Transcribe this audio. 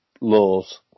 laws